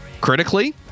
Critically